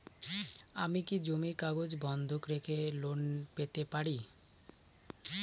আমি কি জমির কাগজ বন্ধক রেখে লোন পেতে পারি?